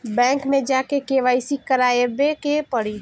Bank मे जा के के.वाइ.सी करबाबे के पड़ी?